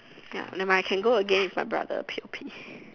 ya nevermind can go again with my brother p_o_p